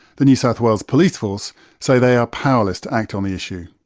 the new south wales police force say they are powerless to act on the issue.